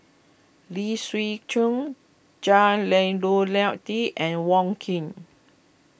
Lee Siew Choh Jah Lelawati and Wong Keen